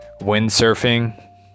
windsurfing